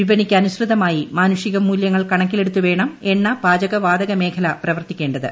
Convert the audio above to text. വിപണിക്ക് അനുസൃതമായി മാനുഷിക മൂലൃങ്ങൾ കണക്കിലെടുത്തു വേണം എണ്ണ പാചക വാതക മേഖല പ്രവർത്തിക്കേണ്ടത്